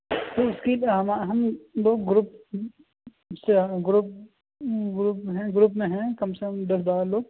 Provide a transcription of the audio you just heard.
اُس کی ہم ہم دو گروپ گروپ گروپ میں گروپ میں ہیں کم سے کم دس بارہ لوگ